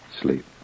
Sleep